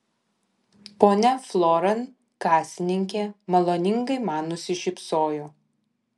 ponia floran kasininkė maloningai man nusišypsojo